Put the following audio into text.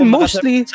mostly